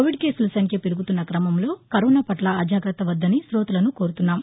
Covid కేసుల సంఖ్య పెరుగుతున్న కమంలో కరోనాపట్ల అజాగ్రత్త వద్దని కోతలను కోరుతున్నాము